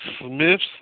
Smith's